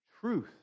truth